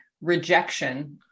rejection